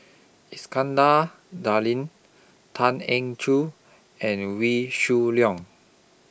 Iskandar Darling Tan Eng Joo and Wee Shoo Leong